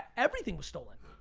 everything was stolen.